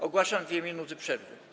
Ogłaszam 2 minuty przerwy.